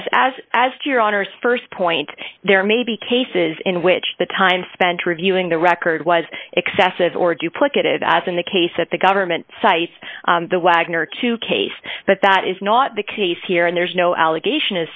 yes as as to your honor's st point there may be cases in which the time spent reviewing the record was excessive or duplicative as in the case that the government cites the wagner two case but that is not the case here and there's no allegation